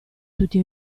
tutti